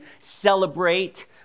celebrate